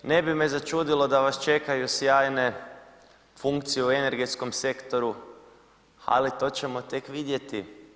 Ne bi me začudilo da vas čekaju sjajne funkcije u energetskom sektoru, ali to ćemo tek vidjeti.